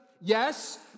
Yes